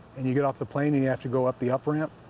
and you get off the plane and you have to go up the up ramp,